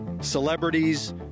celebrities